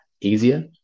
easier